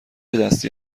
دستی